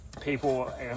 people